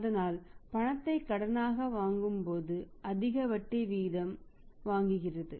ஆனால் பணத்தை கடனாக வழங்கும்போது அதிக வட்டி விகிதம் வாங்குகிறது